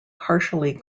partially